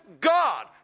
God